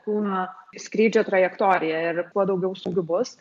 kūno skrydžio trajektoriją ir kuo daugiau smūgių bus